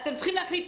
אתם צריכים להחליט,